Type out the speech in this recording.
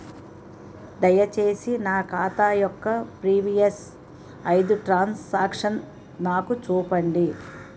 దయచేసి నా ఖాతా యొక్క ప్రీవియస్ ఐదు ట్రాన్ సాంక్షన్ నాకు చూపండి